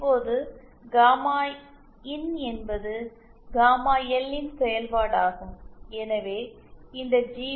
இப்போது காமா இன் என்பது காமா எல் ன் செயல்பாடாகும் எனவே இந்த ஜி